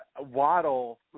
Waddle